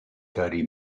thirty